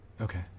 okay